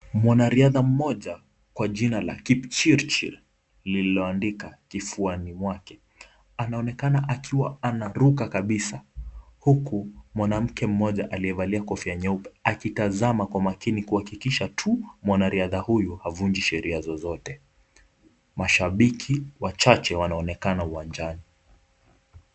Mwanariadha mmoja kwa jina la Kipchirchir lililoandika kifuani mwake. Anaonekana akiwa anaruka kabisa. Huku mwanamke mmoja aliyevalia kofia nyeupe akitazama kwa makini kuhakikisha tu mwanariadha huyu havunji sheria zozote. Mashabiki wachache wanaonekana uwanjani.